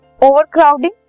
overcrowding